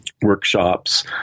workshops